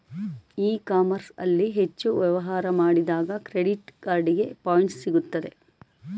E commerce ಅಲ್ಲಿ ಹೆಚ್ಚು ವ್ಯವಹಾರ ಮಾಡಿದಾಗ ಕ್ರೆಡಿಟ್ ಕಾರ್ಡಿಗೆ ಪಾಯಿಂಟ್ಸ್ ಸಿಗುತ್ತದೆ